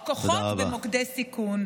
רבותיי,